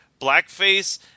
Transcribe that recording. blackface